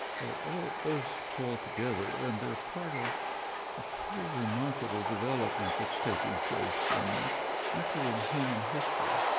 well, all of those fall together, and they're part of a pretty remarkable development that's taking place in actually, in human history.